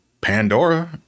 Pandora